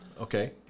okay